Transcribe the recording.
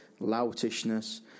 loutishness